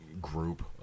group